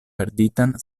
perditan